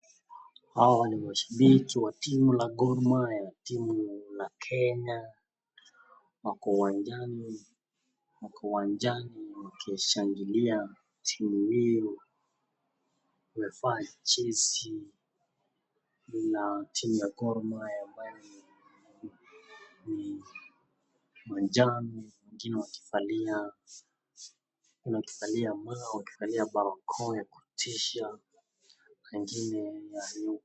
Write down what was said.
Hawa ni mashababiki Wa timu ya Gor Mahia. Timu ya Kenya wako uwanjani wakishanglia timu hii . Wamevaa jezi ya timu ya Gormahia ambayo ni manjano na wakivalia mao , wakivalia barakoa ya kutisha. Wengine.